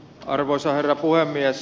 arvoisa herra puhemies